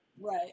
Right